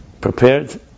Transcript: prepared